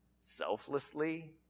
selflessly